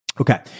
Okay